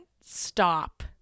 stop